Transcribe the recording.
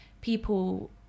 people